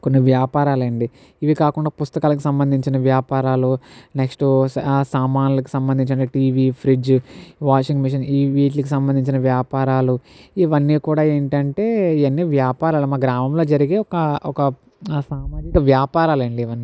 కొన్ని వ్యాపారాలండి ఇవి కాకుండా పుస్తకాలకి సంబంధించిన వ్యాపారాలు నెక్స్ట్ సా సామాన్లకి సంబంధించిన టీవీ ఫ్రిడ్జ్ వాషింగ్ మెషిన్ వీటికి సంబంధించిన వ్యాపారాలు ఇవన్నీ కూడా ఏంటంటే ఇవన్నీ వ్యాపారాలు మా గ్రామంలో జరిగే ఒక ఒక వ్యాపారాలండి ఇవన్నీ